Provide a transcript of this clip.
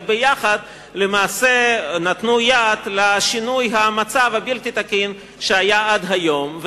וביחד למעשה נתנו יד לשינוי המצב הבלתי-תקין שהיה עד היום,